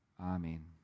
Amen